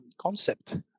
concept